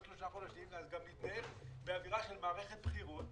שלושה חודשים אז גם נתנהל באווירה של מערכת בחירות.